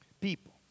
people